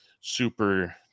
super